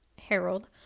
Harold